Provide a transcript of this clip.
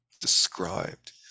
described